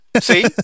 see